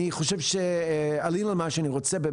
אני חושב שענינו על מה שאני רוצה.